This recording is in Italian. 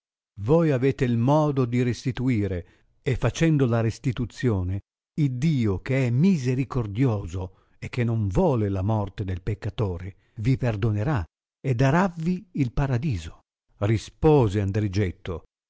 voi avete il modo di restituire e facendo la restituzione iddio che è misericordioso e che non vole la morte del peccatore vi perdonerà e daravvi il paradiso rispose andrigetto